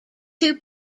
two